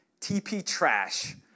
TP-Trash